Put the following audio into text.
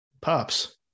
pups